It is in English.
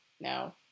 no